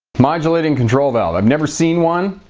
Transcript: modulating control valve i've never seen one.